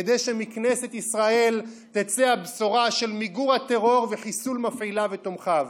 כדי שמכנסת ישראל תצא הבשורה של מיגור הטרור וחיסול מפעיליו ותומכיו.